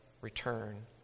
return